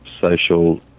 social